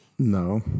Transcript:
No